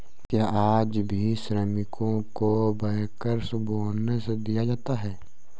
क्या आज भी श्रमिकों को बैंकर्स बोनस दिया जाता है?